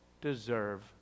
deserve